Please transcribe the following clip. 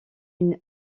une